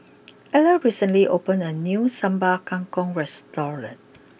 Ellar recently opened a new Sambal Kangkong restaurant